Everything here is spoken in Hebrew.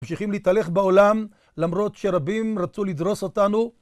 ממשיכים להתהלך בעולם למרות שרבים רצו לדרוס אותנו.